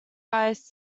ice